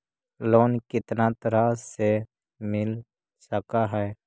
Loan कितना तरह से मिल सक है?